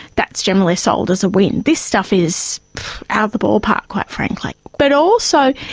that's generally sold as a win. this stuff is out of the ballpark, quite frankly. but also,